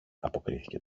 αποκρίθηκε